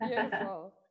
Beautiful